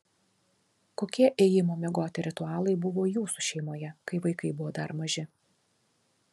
kokie ėjimo miegoti ritualai buvo jūsų šeimoje kai vaikai buvo dar maži